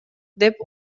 деп